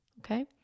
Okay